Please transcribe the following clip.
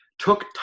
Took